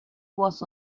was